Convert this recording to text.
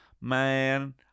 man